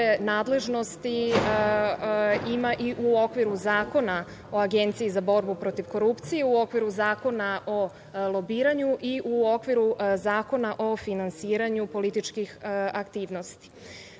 nadležnosti ima i u okviru Zakona o Agenciji za borbu protiv korupciji i u okviru Zakona o lobiranju i u okviru Zakona o finansiranju političkih aktivnosti. Prvi